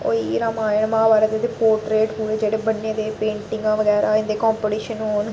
होई गेई रामायण महाभारत इंदे पोट्रेट जेह्ड़े बन्ने दे पेंटिंग बगैरा इं'दे कांपटीशन होन